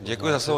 Děkuji za slovo.